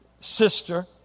sister